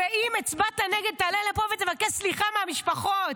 ואם הצבעת נגד, תעלה לפה ותבקש סליחה מהמשפחות.